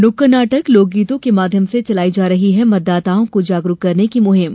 नुक्कड़ नाटक लोकगीतों के माध्यम से चलाई जा रही है मतदाताओं को जागरुक करने की मुहिम